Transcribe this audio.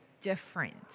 different